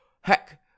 Heck